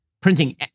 printing